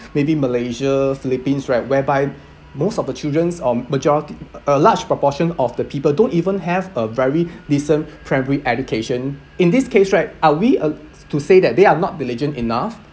maybe malaysia philippines right whereby most of the childrens or majority a large proportion of the people don't even have a very decent primary education in this case right are we a~ to say that they are not diligent enough